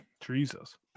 Jesus